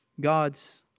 God's